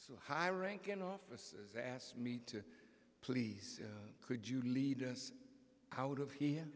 so high ranking offices asked me to please could you lead us out of he